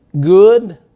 Good